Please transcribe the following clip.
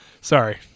Sorry